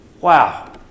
Wow